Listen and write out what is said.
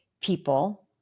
people